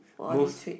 for this trip